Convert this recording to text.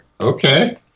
okay